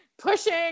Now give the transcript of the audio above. pushing